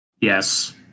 yes